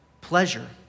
pleasure